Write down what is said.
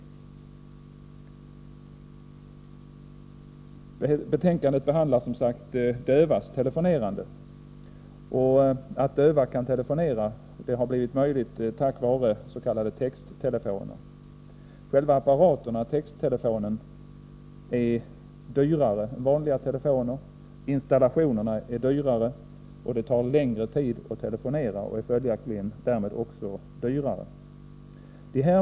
I betänkandet behandlas som sagt dövas telefonerande, något som har blivit möjligt tack vare s.k. texttelefoner. Själva apparaterna, texttelefonerna, är dyrare än vanliga telefoner, och installationerna är dyrare. Det tar längre tid för döva att telefonera, och följaktligen är även det dyrare.